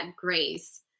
Grace